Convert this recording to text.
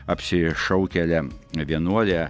apsišaukėlė vienuolė